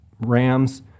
rams